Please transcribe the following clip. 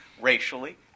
racially